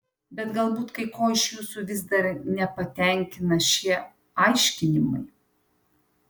bet galbūt kai ko iš jūsų vis dar nepatenkina šie aiškinimai